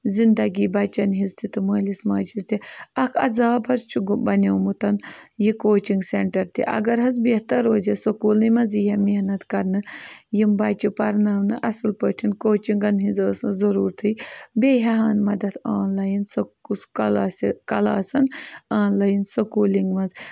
زِندَگی بَچَن ہِنٛز تہِ تہٕ مٲلِس ماجہِ ہِنٛز تہِ اَکھ عزاب حظ چھُ گوٚو بنیومُت یہِ کوچِنٛگ سٮ۪نٹَر تہِ اگر حظ بہتر روزِ ہا سکوٗلنٕے منٛز یی ہا محنت کَرنہٕ یِم بَچہِ پَرناونہٕ اَصٕل پٲٹھۍ کوچِنٛگَن ہِنٛز ٲس نہٕ ضروٗرتھٕے بیٚیہِ ہیٚہ ہن مَدَد آنلایِن سہ کُس کَلاسہِ کَلاسَن آنلایِن سکوٗلِنٛگ منٛز